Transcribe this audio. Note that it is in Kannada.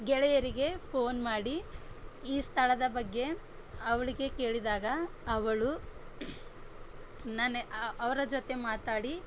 ಗೆಳೆಯರಿಗೆ ಫೋನ್ ಮಾಡಿ ಈ ಸ್ಥಳದ ಬಗ್ಗೆ ಅವಳಿಗೆ ಕೇಳಿದಾಗ ಅವಳು ನನೆ ಅವರ ಜೊತೆ ಮಾತಾಡಿ